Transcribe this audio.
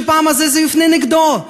שפעם זה יופנה נגדו,